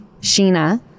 Sheena